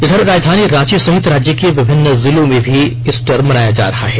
इधर राजधानी रांची सहित राज्य के विभिन्न जिलों में भी ईस्टर मनाया जा रहा है